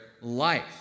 life